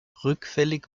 rückfällig